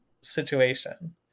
situation